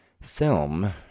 film